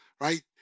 right